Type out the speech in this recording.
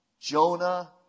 Jonah